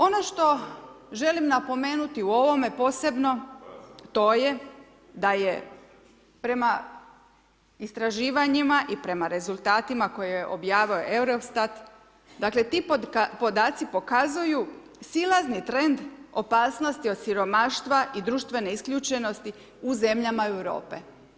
Ono što želim napomenuti u ovome posebno, to je da je prema istraživanjima i prema rezultatima koje je objavio Eurostat, dakle, ti podaci pokazuju silazni trend opasnosti od siromaštva i društvene isključenosti u zemljama Europe.